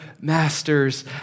master's